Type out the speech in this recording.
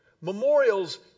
Memorials